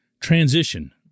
transition